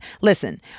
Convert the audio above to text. listen